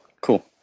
Cool